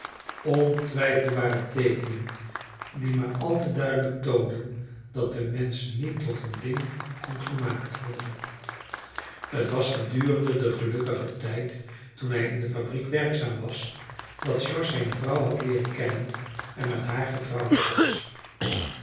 worden ontwijfelbare teekenen die maar al te duidelijk toonden dat de mensch niet tot een ding kon gemaakt worden het was gedurende den gelukkigen tijd toen hij in de fabriek werkzaam was dat george zijne vrouw had leeren kennen en met haar getrouwd was